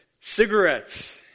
cigarettes